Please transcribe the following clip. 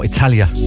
Italia